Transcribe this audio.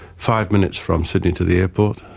five minutes from sydney to the airport,